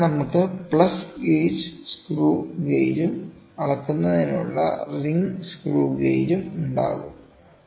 അതിനാൽ നമുക്ക് plug gauge screw ഗേജും അളക്കുന്നതിനുള്ള റിംഗ് സ്ക്രൂ ഗേജും ഉണ്ടാകും